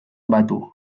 batu